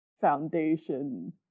foundation